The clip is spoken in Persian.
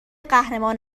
قهرمان